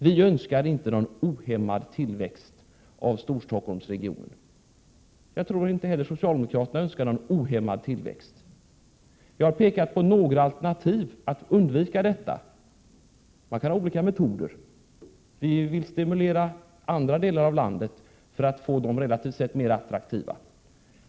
Vi önskar inte någon ohämmad tillväxt i Storstockholmsregionen. Jag tror att inte heller socialdemokraterna önskar någon ohämmad tillväxt. Jag har pekat på några alternativ för att undvika detta. Man kan ha olika metoder. Vi vill stimulera andra delar av landet för att få dem relativt sett mer attraktiva.